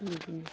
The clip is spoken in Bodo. बिदिनो